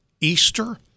Easter